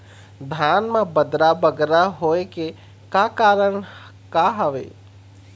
धान म बदरा बगरा होय के का कारण का हवए?